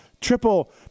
triple